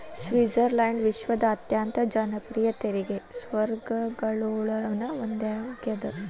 Switzerland ವಿಶ್ವದ ಅತ್ಯಂತ ಜನಪ್ರಿಯ ತೆರಿಗೆ ಸ್ವರ್ಗಗಳೊಳಗ ಒಂದಾಗ್ಯದ